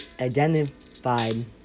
identified